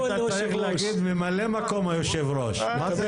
הבעיה היא הפליטים מכל המקומות בעולם